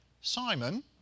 Simon